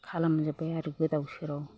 खालामजोब्बाय आरो गोदाव सोराव